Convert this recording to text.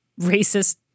racist